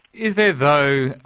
is there, though,